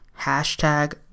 Hashtag